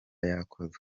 yakozwe